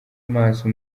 maso